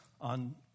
on